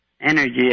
energy